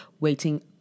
waiting